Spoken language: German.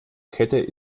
kette